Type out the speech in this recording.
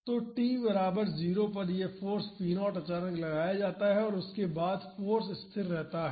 तो t बराबर 0 पर यह फाॅर्स p0 अचानक लगाया जाता है और उसके बाद फाॅर्स स्थिर रहता है